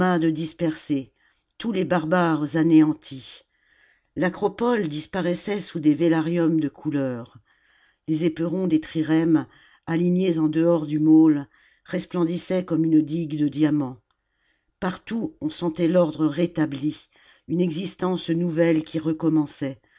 dispersés tous les barbares anéantis l'acropole disparaissait sous des vélariums de couleur les éperons des trirèmes alignés en dehors du môle resplendissaient comme une digue de diamants partout on sentait l'ordre rétabh une existence nouvelle qui recommençait